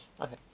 Okay